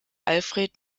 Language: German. alfred